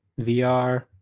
VR